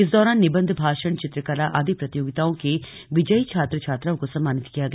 इस दौरान निबंध भाषण चित्रकला आदि प्रतियोगिताओं के विजयी छात्र छात्राओं को सम्मानित किया गया